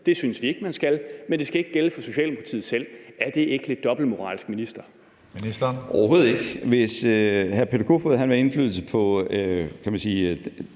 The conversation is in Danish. det synes vi ikke man skal – men at det ikke skal gælde for Socialdemokratiet selv. Er det ikke lidt dobbeltmoralsk, minister?